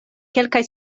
kelkaj